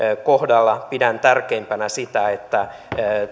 kohdalla pidän tärkeimpänä sitä että